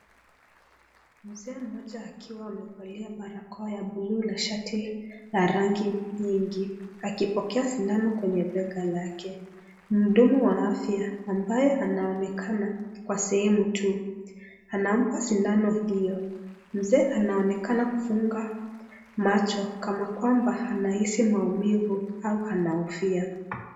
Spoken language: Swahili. Mzee mmoja akiwa amevalia barakoa ya buluu na shati la rangi nyingi akipokea sindano kwenye bega lake, mhudumu wa afya, ambaye anaonekana kwa sehemu tu anampa sindano hio, mzee anaonekana kufumga macho kama kwamba anahisi maumivu au anahofia.